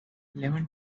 lemon